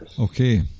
okay